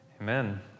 Amen